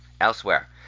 Elsewhere